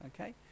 okay